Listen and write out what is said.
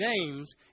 James